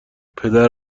پدر